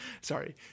Sorry